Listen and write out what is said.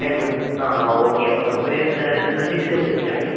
ten month ആ okay അപ്പോൾ നമുക്കൊരു ത്രിബിൾ സിക്സ് തൊട്ട് സ്റ്റാർട്ട് ചെയ്യൂം